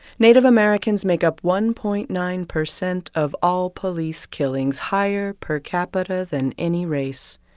native americans make up one point nine percent of all police killings, higher per capita than any race.